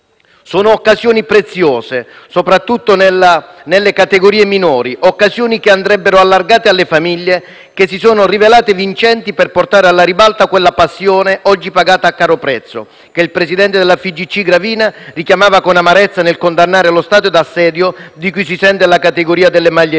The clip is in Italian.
Sono occasioni preziose, soprattutto nelle categorie minori; occasioni che andrebbero allargate alle famiglie e che si sono rivelate vincenti per portare alla ribalta quella passione, oggi pagata a caro prezzo, che il presidente della FIGC Gravina richiamava con amarezza nel condannare lo stato d'assedio in cui si sente la categoria delle maglie nere.